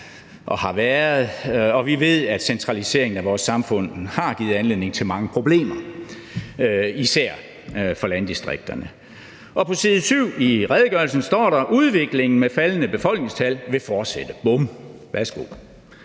og vi ved, at centraliseringen af vores samfund har givet anledning til mange problemer, især for landdistrikterne. På side 7 i redegørelsen står der: Udviklingen med faldende befolkningstal vil fortsætte. Bum, værsgo.